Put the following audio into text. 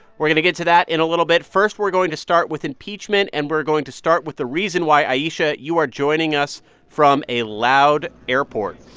we're going to get to that in a little bit. first, we're going to start with impeachment, and we're going to start with the reason why, ayesha, you are joining us from a loud airport